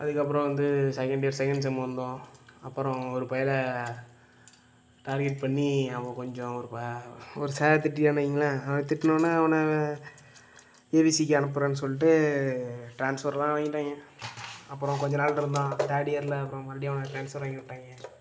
அதுக்கப்புறம் வந்து second year second sem வந்தோம் அப்புறம் ஒரு பயலை டார்கெட் பண்ணி அவன் கொஞ்சம் ஒரு ப ஒரு சார் திட்டிட்டாருனு வைங்களேன் அவனை திட்னவொடனே அவனை ஏவிசிக்கு அனுப்புறேன்னு சொல்லிட்டு ட்ரான்ஸ்வர்லாம் வாங்கிட்டாங்க அப்புறம் கொஞ்சம் நாள் இருந்தான் தேர்ட் இயரில் அப்புறம் மறுபடியும் அவனை ட்ரான்ஸ்வர் வாங்கி விட்டாங்க